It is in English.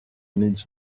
needs